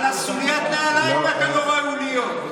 על סוליית הנעליים אתה לא ראוי להיות.